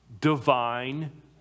Divine